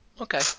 Okay